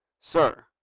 Sir